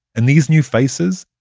and these new faces?